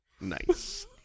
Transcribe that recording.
Nice